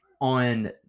on